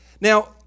Now